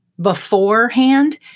beforehand